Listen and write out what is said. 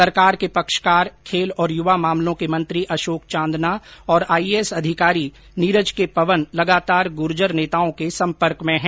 सरकार के पक्षकार खेल और युवा मामलों के मंत्री अशोक चांदना और आईएएस अधिकारी नीरज के पवन लगातार गूर्जर नेताओं के संपर्क में है